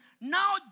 Now